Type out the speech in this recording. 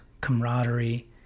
camaraderie